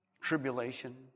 Tribulation